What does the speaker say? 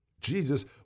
Jesus